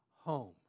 home